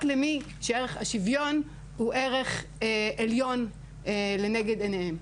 רק למי שערך השוויון הוא ערך עליון לנגד עיניהם.